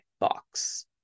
box